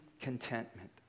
contentment